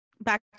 back